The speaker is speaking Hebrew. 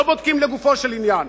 לא בודקים לגופו של עניין.